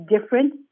different